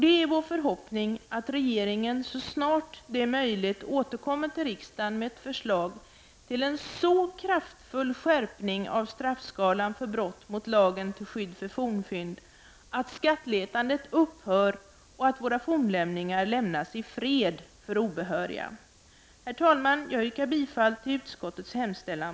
Det är vår förhoppning att regeringen så snart det är möjligt återkommer till riksdagen med ett förslag till en så kraftfull skärpning av straffskalan för brott mot lagen till skydd för fornfynd att skattletandet upphör och att våra fornlämningar lämnas i fred av obehöriga. Herr talman! Jag yrkar på båda punkterna bifall till utskottets hemställan.